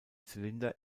zylinder